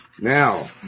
Now